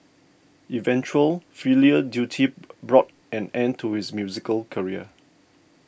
eventual filial duty brought an end to his musical career